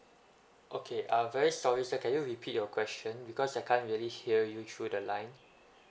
okay I'm very sorry sir can you repeat your question because I can't really hear you through the line